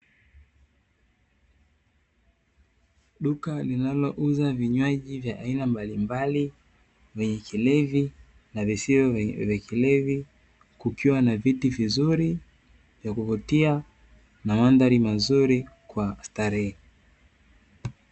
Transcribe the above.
Duka linalouza vinywaji vya aina mbalimbali, vyenye kilevi na visio vya kilevi kukiwa na viti vizuri vya kuvutia na mandhari mazuri kwa starehe.